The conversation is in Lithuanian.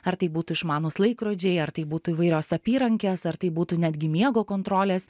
ar tai būtų išmanūs laikrodžiai ar tai būtų įvairios apyrankės ar tai būtų netgi miego kontrolės